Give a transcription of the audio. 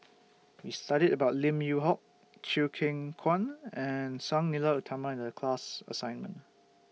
We studied about Lim Yew Hock Chew Kheng Chuan and Sang Nila Utama in The class assignment